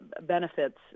benefits